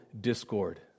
discord